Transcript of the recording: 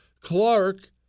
Clark